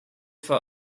for